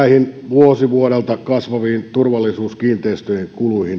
vuosi vuodelta kasvaviin turvallisuuskiinteistöjen